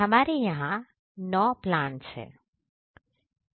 हमारे यहां 9 प्लांट्स है